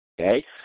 Okay